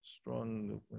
strong